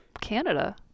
Canada